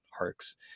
arcs